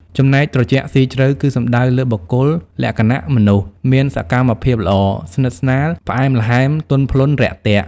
ចំណែកត្រជាក់ស៊ីជ្រៅគឺសំដៅលើបុគ្គលលក្ខណៈមនុស្សមានសកម្មភាពល្អ ស្និទ្ធិស្នាលផ្អែមល្អែមទន់ភ្លន់រាក់ទាក់។